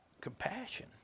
Compassion